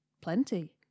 Plenty